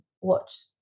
watch